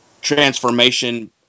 transformation